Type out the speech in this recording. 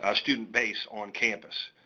ah student base on campus.